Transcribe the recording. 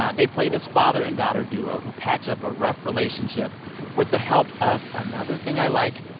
ah they play this father and daughter duo who patch up a rough relationship with the help of another thing i like,